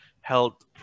health